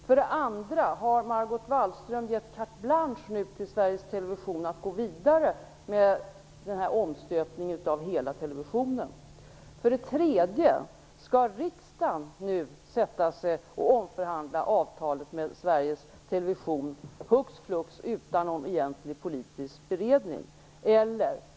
För det andra: Har Margot Wallström givit carte blanche till Sveriges Television när det gäller att gå vidare med omstöpningen av hela televisionen? För det tredje: Skall riksdagen nu hux flux omförhandla avtalet med Sveriges Television, utan någon egentlig politisk beredning?